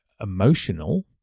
emotional